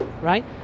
right